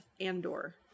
Andor